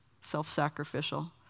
self-sacrificial